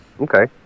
Okay